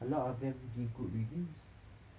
a lot of them give good reviews